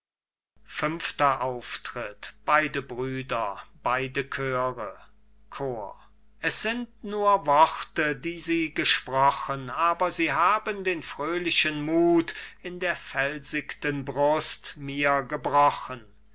fünfter auftritt beide brüder beide chöre chor cajetan es sind nur worte die sie gesprochen aber sie haben den fröhlichen muth in der felsigten brust mir gebrochen